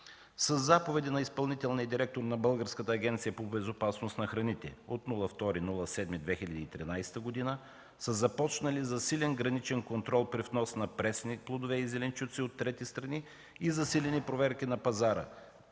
Със заповеди на изпълнителния директор на Българската агенция по безопасност на храните от 2 юли 2013 г. са започнали засилен граничен контрол при внос на пресни плодове и зеленчуци от трети страни и засилени проверки на пазарите,